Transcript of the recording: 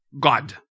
God